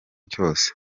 cyose